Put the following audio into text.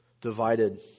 divided